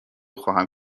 خواهم